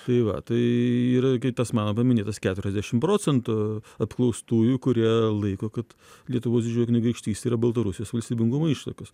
tai va tai yra tas mano paminėtas keturiasdešim procentų apklaustųjų kurie laiko kad lietuvos didžioji kunigaikštystė yra baltarusijos valstybingumo ištakos